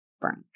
Frank